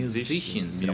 Musicians